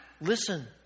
Listen